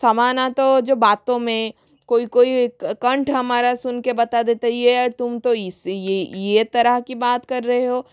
समानता तो जो बातों में कोई कोई कंठ हमारा सुन के बता देता है ये है तुम तो इसी ये ये तरह की बात कर रहे हो